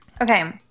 Okay